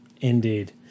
Indeed